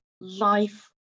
life